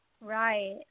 Right